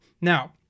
Now